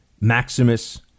Maximus